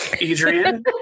Adrian